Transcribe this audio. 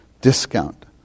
discount